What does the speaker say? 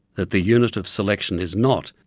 that the unit of selection is not,